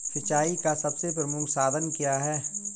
सिंचाई का सबसे प्रमुख साधन क्या है?